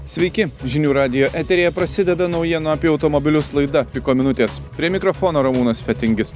sveiki žinių radijo eteryje prasideda naujienų apie automobilius laida piko minutės prie mikrofono ramūnas fetingis